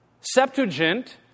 Septuagint